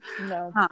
No